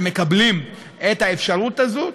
שמקבלים את האפשרות הזאת,